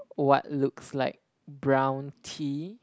what looks like brown tea